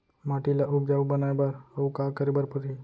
माटी ल उपजाऊ बनाए बर अऊ का करे बर परही?